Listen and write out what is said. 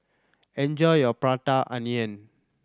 enjoy your Prata Onion